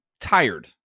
tired